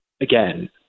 again